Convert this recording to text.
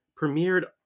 premiered